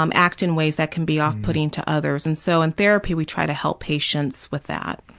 um act in ways that can be off-putting to others, and so in therapy, we try to help patients with that.